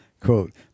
quote